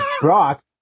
Brock